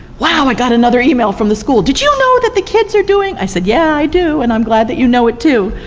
wow i got another email from the school, did you know that the kids are doing, i said, yeah, i do, and i'm glad that you know it too.